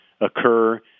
occur